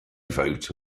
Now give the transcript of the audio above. vote